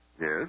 yes